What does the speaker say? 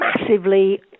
massively